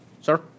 Sir